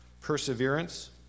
Perseverance